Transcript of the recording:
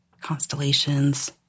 constellations